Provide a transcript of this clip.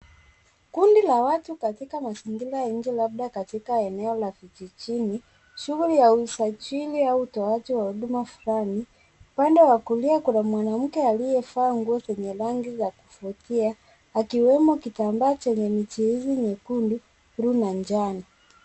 Kundi la watu katika mazingira ya nje labda katika eneo la vijijini. Shuguli ya usajili au utoaji ya huduma fulani. Upande wa kulia kuna mwanamke aliyevaa nguo zenye rangi za kuvukia ikiwemo kitambaa chenye michiizi nyekundu, buluu na njano.